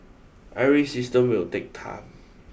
every system will take time